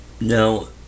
now